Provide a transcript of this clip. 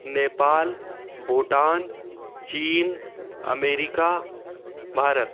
नेपाल भूटान चीन अमेरिका भारत